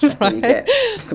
right